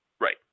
Right